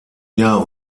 jahr